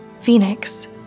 Phoenix